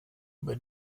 über